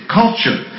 culture